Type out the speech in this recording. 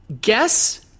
guess